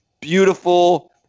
beautiful